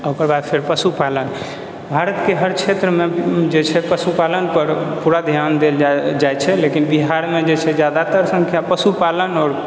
ओकर बाद फेर पशुपालन भारतके हर क्षेत्रमे जे छै पशुपालनपर पूरा ध्यान देल जाय छै लेकिन बिहारमे जे छै जादातर संख्या पशुपालन आओर